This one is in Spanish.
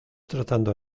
tratando